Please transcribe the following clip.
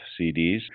CDs